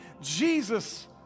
Jesus